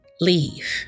leave